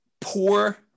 poor